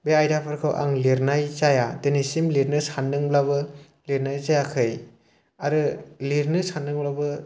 बे आयदाफोरखौ आं लिरनाय जाया दिनैसिम लिरनो सान्दोंब्लाबो लिरनाय जायाखै आरो लिरनो सान्दोंब्लाबो